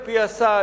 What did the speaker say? על-פי הסל,